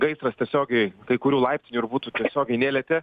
gaisras tiesiogiai kai kurių laiptinių ir butų tiesiogiai nelietė